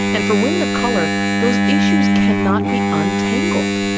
and for women of color, those issues cannot be untangled.